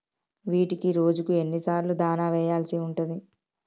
వీటికి రోజుకు ఎన్ని సార్లు దాణా వెయ్యాల్సి ఉంటది?